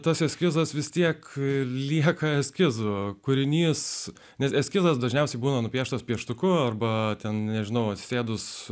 tas eskizas vis tiek lieka eskizų kūrinys nes eskizas dažniausiai būna nupieštas pieštuku arba ten nežinau atsisėdus